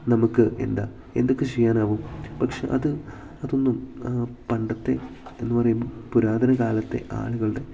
നമുക്ക് എന്താ എന്തൊക്കെ ചെയ്യാനാവും പക്ഷെ അത് അതൊന്നും പണ്ടത്തെ എന്ന് പറയുമ്പം പുരാതനകാലത്തെ ആളുകളുടെ